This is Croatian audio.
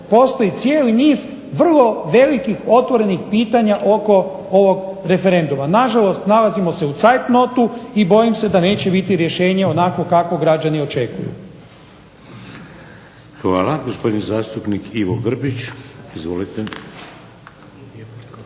postoji cijeli niz vrlo velikih, otvorenih pitanja oko ovog referenduma. Nažalost, nalazimo se u cajtnotu i bojim se da neće biti rješenje onakvo kakvo građani očekuju. **Šeks, Vladimir (HDZ)** Hvala. Gospodin zastupnik Ivo Grbić, izvolite.